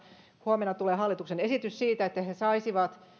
huomenna tulee hallituksen esitys siitä saisivat